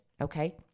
Okay